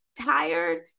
tired